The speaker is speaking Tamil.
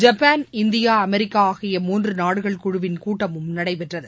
ஜப்பான் இந்தியா அமெரிக்கா ஆகிய மூன்று நாடுகள் குழுவின் கூட்டமும் நடைபெற்றது